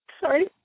sorry